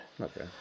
Okay